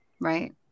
Right